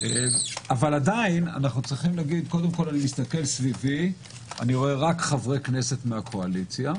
אבל עדיין אני מסתכל סביבי ורואה רק חברי כנסת מהקואליציה.